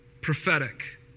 prophetic